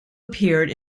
appeared